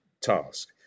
task